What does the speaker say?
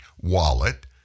wallet